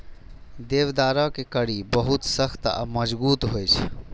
देवदारक कड़ी बहुत सख्त आ मजगूत होइ छै